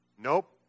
Nope